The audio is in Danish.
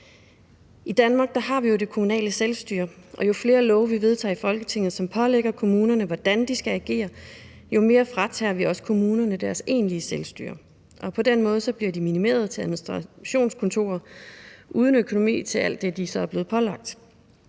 I Danmark har vi jo det kommunale selvstyre, og jo flere love, vi vedtager i Folketinget, som pålægger kommunerne, hvordan de skal agere, jo mere fratager vi også kommunerne deres egentlige selvstyre, og på den måde bliver de minimeret til administrationskontorer uden økonomi til alt det, de så er blevet pålagt.